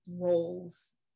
roles